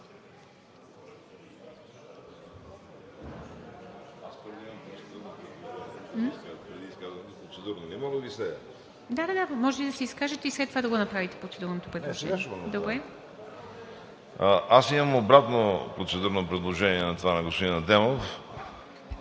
Имам обратно процедурно предложение на това на господин Адемов.